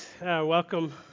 welcome